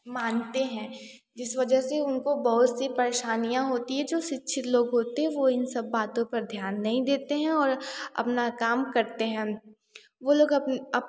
मानते हैं जिस वजह से उनको बहुत सी परेशानियाँ होती हैं जो शिक्षित लोग होते हैं वो इन सब बातों पर ध्यान नहीं देते हैं और अपना काम करते हैं अन वो लोग अप अप